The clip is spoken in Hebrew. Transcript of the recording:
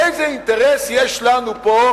איזה אינטרס יש לנו פה,